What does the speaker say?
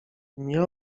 nie